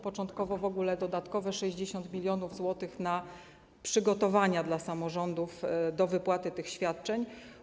Początkowo dodatkowe 60 mln zł na przygotowania dla samorządów do wypłaty tych świadczeń.